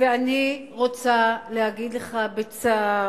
ואני רוצה להגיד לך בצער: